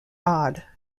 odd